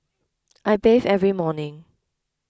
I bathe every morning